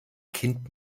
kind